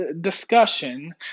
discussion